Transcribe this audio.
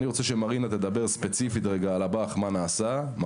אני רוצה שמרינה תדבר ספציפית מה נעשה בבא"ח.